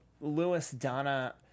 Lewis-Donna